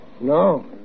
No